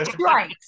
Right